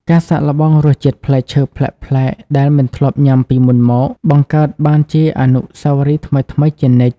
ការសាកល្បងរសជាតិផ្លែឈើប្លែកៗដែលមិនធ្លាប់ញ៉ាំពីមុនមក បង្កើតបានជាអនុស្សាវរីយ៍ថ្មីៗជានិច្ច។